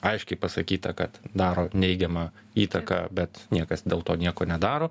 aiškiai pasakyta kad daro neigiamą įtaką bet niekas dėl to nieko nedaro